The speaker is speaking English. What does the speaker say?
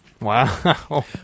wow